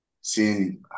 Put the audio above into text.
seeing